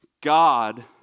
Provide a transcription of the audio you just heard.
God